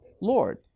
Lord